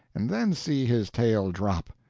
and then see his tail drop.